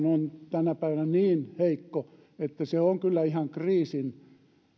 on tasoltaan tänä päivänä niin heikkoa että se on kyllä ihan kriisin